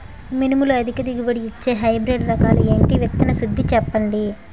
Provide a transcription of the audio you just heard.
మినుములు అధిక దిగుబడి ఇచ్చే హైబ్రిడ్ రకాలు ఏంటి? విత్తన శుద్ధి చెప్పండి?